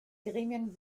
gremien